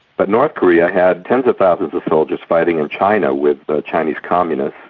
but north korea had tens of thousands of soldiers fighting in china with chinese communists.